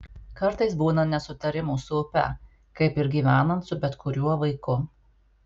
kartais būna nesutarimų su upe kaip ir gyvenant su bet kuriuo vaiku